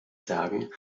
sagen